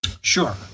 Sure